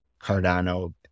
Cardano